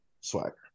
Swagger